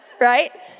right